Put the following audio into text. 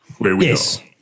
Yes